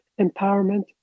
empowerment